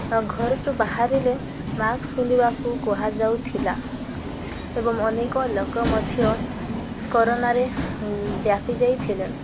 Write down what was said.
ଘରଠୁ ବାହାରିଲେ ମାସ୍କ୍ ପିନ୍ଧିବାକୁ କୁହାଯାଉଥିଲା ଏବଂ ଅନେକ ଲୋକ ମଧ୍ୟ କରୋନାରେ ବ୍ୟାପି ଯାଇଥିଲେ